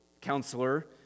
Counselor